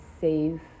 save